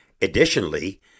Additionally